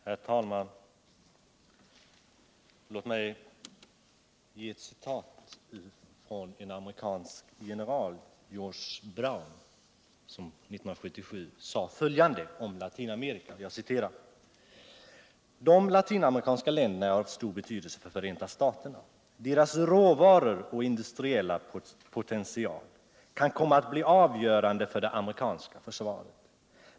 Herr talman! Låt mig citera en amerikansk general, George S. Brown. som 1977 sade följande om Latinamerika: "De latinamerikanska länderna är av stor betydelse för Förenta staterna. Deras råvaror och industriella potential ——-—- kan komma att bli avgörande för der amerikanska försvaret.